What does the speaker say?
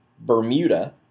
Bermuda